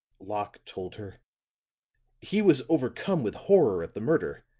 locke told her he was overcome with horror at the murder.